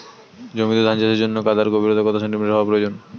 জমিতে ধান চাষের জন্য কাদার গভীরতা কত সেন্টিমিটার হওয়া প্রয়োজন?